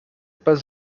pas